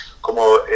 como